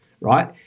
right